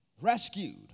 rescued